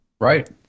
Right